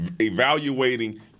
evaluating